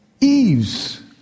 Eve's